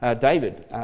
David